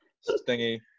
Stingy